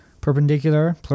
perpendicular